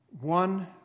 One